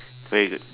very good